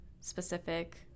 specific